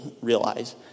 realize